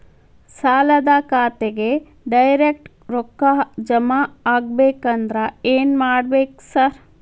ಸಾಲದ ಖಾತೆಗೆ ಡೈರೆಕ್ಟ್ ರೊಕ್ಕಾ ಜಮಾ ಆಗ್ಬೇಕಂದ್ರ ಏನ್ ಮಾಡ್ಬೇಕ್ ಸಾರ್?